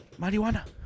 marijuana